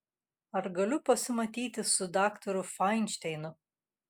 ar galiu pasimatyti su daktaru fainšteinu